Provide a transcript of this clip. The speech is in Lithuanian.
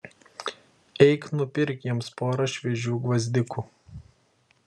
eik nupirk jiems porą šviežių gvazdikų